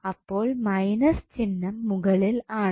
അപ്പോൾ മൈനസ് ചിഹ്നം മുകളിൽ ആണ്